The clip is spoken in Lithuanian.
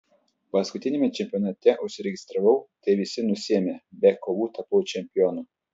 paskutiniame čempionate užsiregistravau tai visi nusiėmė be kovų tapau čempionu